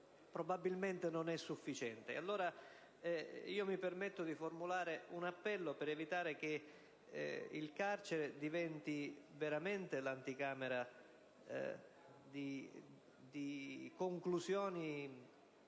questo mondo non sufficiente. Mi permetto allora di formulare un appello per evitare che il carcere diventi veramente l'anticamera di conclusioni